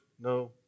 No